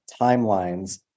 timelines